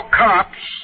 cops